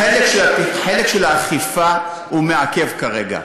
החלק של האכיפה, הוא מעכב כרגע.